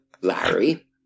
Larry